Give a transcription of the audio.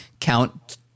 count